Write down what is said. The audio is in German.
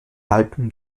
alten